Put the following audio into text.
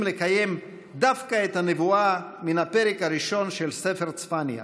לקיים דווקא את הנבואה מן הפרק הראשון של ספר צפניה: